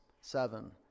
seven